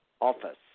office